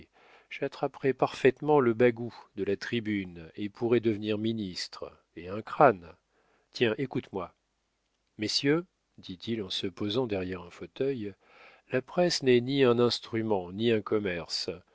j'attraperais parfaitement le bagoult de la tribune et pourrais devenir ministre et un crâne tiens écoute-moi messieurs dit-il en se posant derrière un fauteuil la presse n'est ni un instrument ni un commerce